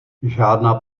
žádná